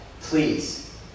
please